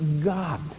God